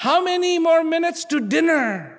how many more minutes to dinner